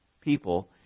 people